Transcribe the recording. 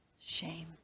Shame